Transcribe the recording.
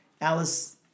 Alice